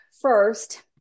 first